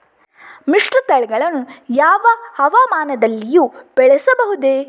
ಮಿಶ್ರತಳಿಗಳನ್ನು ಯಾವ ಹವಾಮಾನದಲ್ಲಿಯೂ ಬೆಳೆಸಬಹುದೇ?